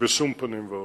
בשום פנים ואופן.